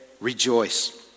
rejoice